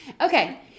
Okay